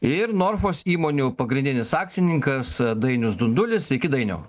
ir norfos įmonių pagrindinis akcininkas dainius dundulis sveiki dainiau